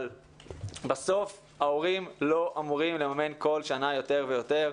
אבל בסוף ההורים לא אמורים לממן בכל שנה יותר ויותר.